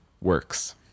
works